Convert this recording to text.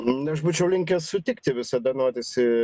nu aš būčiau linkęs sutikti visada norisi